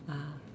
ah